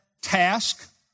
task